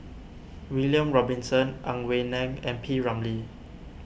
William Robinson Ang Wei Neng and P Ramlee